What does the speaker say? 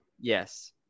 Yes